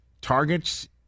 targets